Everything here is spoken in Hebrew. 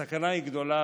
הסכנה היא גדולה,